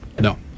No